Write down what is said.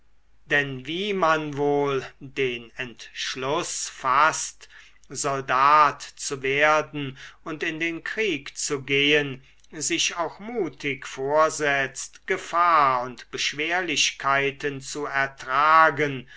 denn wie man wohl den entschluß faßt soldat zu werden und in den krieg zu gehen sich auch mutig vorsetzt gefahr und beschwerlichkeiten zu ertragen